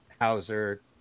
Hauser